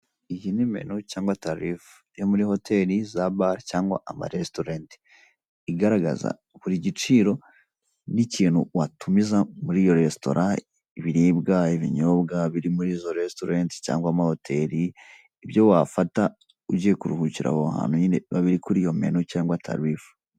Hashize igihe kingana n'ibyumweru bibiri buri munsi abakozi ba emutiyeni babyuka bakaza ahangaha baje gutanga serivise za emutiyeni, bavuze ko ari igikorwa kizamara iminsi cumi n'umunani, ubwo rero urumva ko hasigaye iminsi ingahe? iminsi ine gusa.